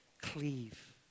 cleave